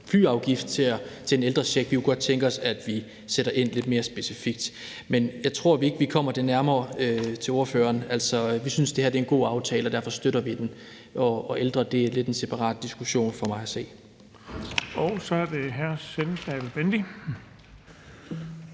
flyafgift på en ældrecheck. Vi kunne godt tænke os, at vi sætter lidt mere specifikt ind. Men jeg tror ikke, vi kommer nærmere til ordføreren. Vi synes, det her er en god aftale, og derfor støtter vi den. Og diskussionen om ældre er en lidt separat diskussion for mig at se. Kl. 17:30 Den fg. formand